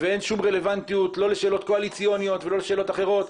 אין שום רלוונטיות לא לשאלות קואליציוניות ולא לשאלות אחרות.